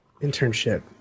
internship